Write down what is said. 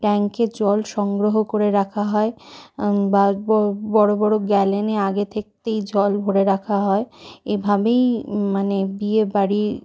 ট্যাঙ্কে জল সংগ্রহ করে রাখা হয় বা বড় বড় গ্যালেনে আগে থাকতেই জল ভরে রাখা হয় এভাবেই মানে বিয়েবাড়ি